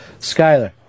Skyler